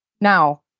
Now